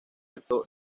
acto